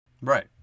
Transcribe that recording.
Right